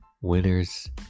Winners